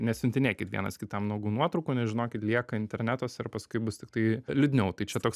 nesiuntinėkit vienas kitam nuogų nuotraukų nes žinokit lieka internetuose ir paskui bus tiktai liūdniau tai čia